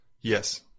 Yes